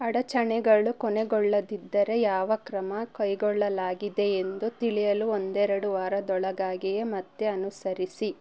ಅಡಚಣೆಗಳು ಕೊನೆಗೊಳ್ಳದಿದ್ದರೆ ಯಾವ ಕ್ರಮ ಕೈಗೊಳ್ಳಲಾಗಿದೆ ಎಂದು ತಿಳಿಯಲು ಒಂದೆರಡು ವಾರದೊಳಗಾಗಿಯೇ ಮತ್ತೆ ಅನುಸರಿಸಿ